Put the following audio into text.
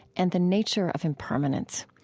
and the nature of impermanence.